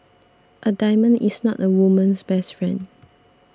a diamond is not a woman's best friend